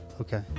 okay